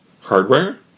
Hardware